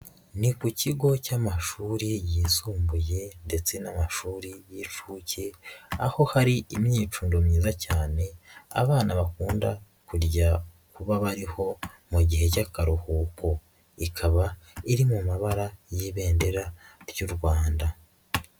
Ni ku kigo cy'amashuri yisumbuye ndetse n'amashuri y'inshuke, aho hari imyifundo myiza cyane, abana bakunda kujya kuba bariho mu gihe cy'akaruhuko. Ikaba iri mu mabara y'ibendera ry'u Rwanda.